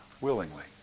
willingly